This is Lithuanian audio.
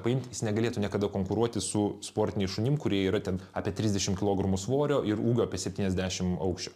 paimt jis negalėtų niekada konkuruoti su sportiniais šunim kurie yra ten apie trisdešimt kilogramų svorio ir ūgio apie septyniasdešimt aukščio